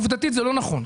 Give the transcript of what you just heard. עובדתית זה לא נכון,